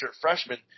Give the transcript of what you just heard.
freshman